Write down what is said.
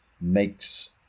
makes